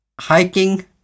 Hiking